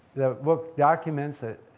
the book documents it,